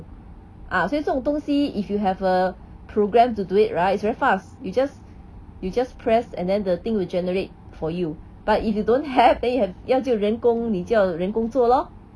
uh 所以这种东西 if you have a program to do it right is very fast you just you just press and then the thing will generate for you but if you don't have then you have 要就人工你叫人工作 lor